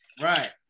Right